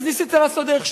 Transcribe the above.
אז ניסית לעשות דרך שנייה.